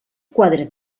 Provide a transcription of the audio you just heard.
quadre